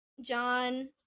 John